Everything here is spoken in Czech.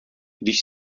když